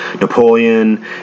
Napoleon